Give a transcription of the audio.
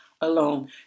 alone